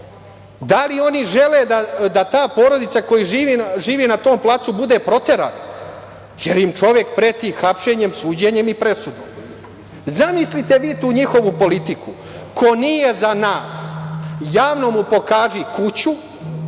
da li oni žele da ta porodica koja živi na tom placu bude proterana, jer im čovek preti hapšenjem, suđenjem i presudom? Zamislite vi tu njihovu politiku - ko nije za nas, javno mu pokaži kuću,